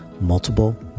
multiple